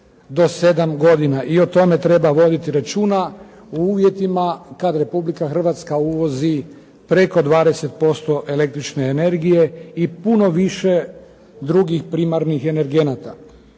i o tome treba voditi računa u uvjetima kada Hrvatska uvozi preko 20% električne energije i puno više primarnih energenata.